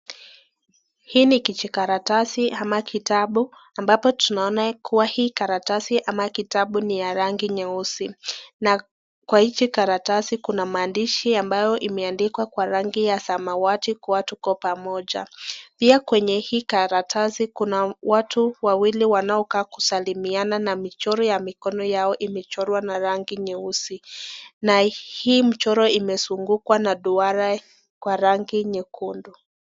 Hii ni kijikaratasi ama kitabu ambapo tunaona kuwa hii karatasi ama kitabu ni ya rangi nyeusi. Na kwa hiki karatasi kuna mandishi ambayo imeandikwa kwa rangi ya samawati kuwa ''Tuko Pamoja.'' Pia kwenye hii karatasi kuna watu wawili wanaokaa kusalimiana na michoro ya mikono yao imechorwa na rangi nyeusi. Na hii mchoro imezungukwa na duara kwa rangi nyekundu.